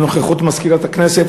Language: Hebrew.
בנוכחות מזכירת הכנסת,